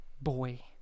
boy